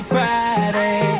Friday